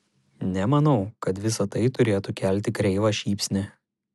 nemanau kad visa tai turėtų kelti kreivą šypsnį